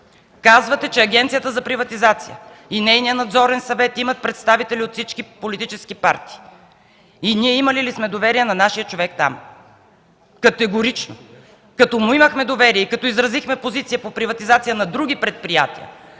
Казвате, че Агенцията за приватизация и нейният Надзорен съвет имат представители от всички политически партии и дали ние сме имали доверие на нашия човек там. Категорично, като му имахме доверие и като изразихме позиция по приватизация на други предприятия,